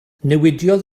newidiodd